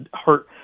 hurt